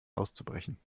auszubrechen